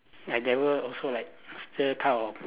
I never also like still kind of